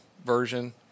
version